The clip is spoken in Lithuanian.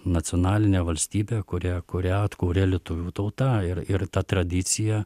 nacionalinę valstybę kuria kurią atkurė lietuvių tauta ir ir ta tradicija